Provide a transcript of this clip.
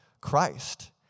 Christ